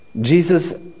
Jesus